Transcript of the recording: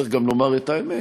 צריך גם לומר את האמת,